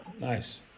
Nice